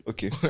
Okay